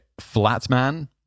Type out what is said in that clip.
Flatman